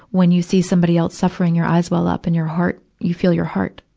when you see somebody else suffering, your eyes well up and your heart, you feel your heart,